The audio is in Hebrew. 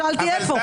שאלתי: איפה?